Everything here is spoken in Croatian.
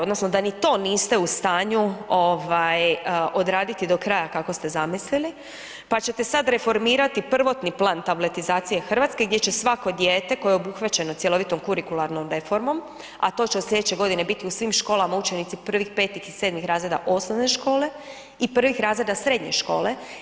Odnosno da ni to niste u stanju odraditi do kraja kako ste zamislili pa ćete sad reformirati prvotni plan tabletizacije Hrvatske gdje će svako dijete koje je obuhvaćeno cjelovitom kurikulularnom reformom, a to će sljedeće godine biti u svim školama, učenici 1., 5. i 7. razreda osnovne škole i 1. razreda srednje škole.